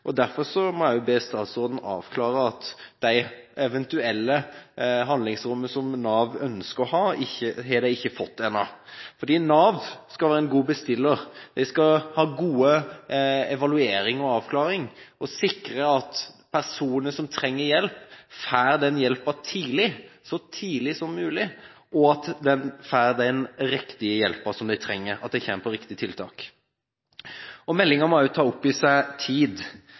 og derfor må jeg be statsråden avklare at Nav ennå ikke har fått det eventuelle handlingsrommet som Nav ønsker å ha. For Nav skal være en god bestiller. De skal ha god evaluering og avklaring og sikre at personer som trenger hjelp, får den hjelpen tidlig, så tidlig som mulig, og at de får den riktige hjelpen, at de kommer på riktig tiltak. Meldingen må også ta opp i seg tid.